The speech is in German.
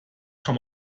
kam